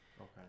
okay